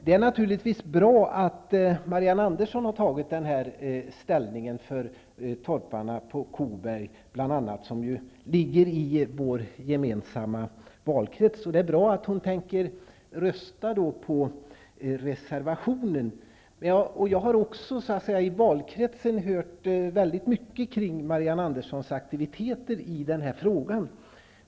Det är naturligtvis bra att Marianne Andersson har gjort detta ställningstagande för torparna bl.a. på Koberg, som ju ligger i vår gemensamma valkrets, och det är bra att hon tänker rösta på reservationen. Jag har i valkretsen hört väldigt mycket om Marianne Anderssons aktiviteter i denna fråga.